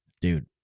Dude